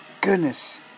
goodness